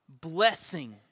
blessing